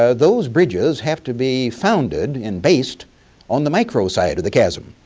ah those bridges have to be founded and based on the micro side of the chasm.